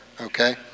okay